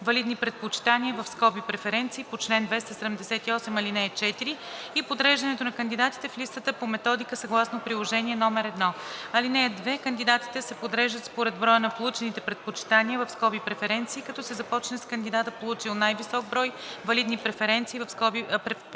валидни предпочитания (преференции) по чл. 437, ал. 4 и подреждането на кандидатите в листата по методика съгласно приложение № 5. (2) Кандидатите се подреждат според броя на получените предпочитания (преференции), като се започне с кандидата, получил най-висок брой валидни предпочитания (преференции).